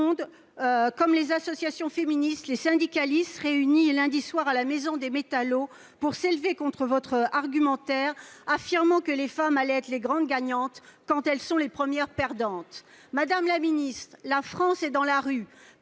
comme les associations féministes et les syndicalistes réunis lundi soir à la Maison des métallos pour s'élever contre votre argumentaire, selon lequel les femmes seront les grandes gagnantes, quand elles sont les premières perdantes. Madame la ministre, la France est dans la rue,